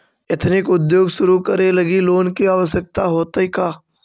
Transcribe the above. Ethnic उद्योग शुरू करे लगी लोन के आवश्यकता होतइ का?